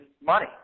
money